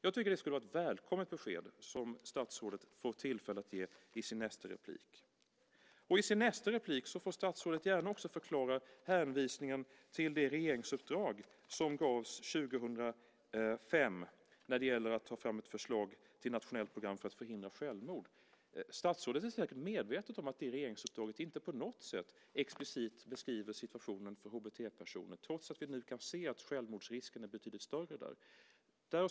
Jag tycker att det skulle vara ett välkommet besked som statsrådet får tillfälle att ge i sitt nästa inlägg. I sitt nästa inlägg får statsrådet gärna också förklara hänvisningen till det regeringsuppdrag som gavs 2005 när det gäller att ta fram ett förslag till nationellt program för att förhindra självmord. Statsrådet är säkert medveten om att det regeringsuppdraget inte på något sätt explicit beskriver situationen för HBT-personer, trots att vi nu kan se att självmordrisken är betydligt större där.